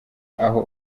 aho